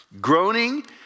Groaning